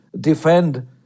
defend